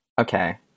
Okay